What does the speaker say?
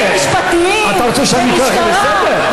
אתה רוצה שאני אקרא אותך לסדר?